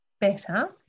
better